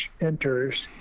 enters